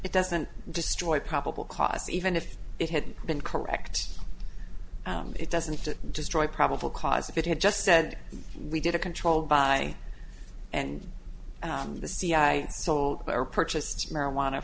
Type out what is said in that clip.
it doesn't destroy probable cause even if it hadn't been correct it doesn't destroy probable cause if it had just said we did a controlled by and on the cia or purchased marijuana